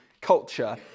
culture